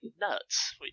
nuts